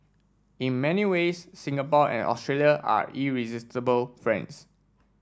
in many ways Singapore and Australia are irresistible friends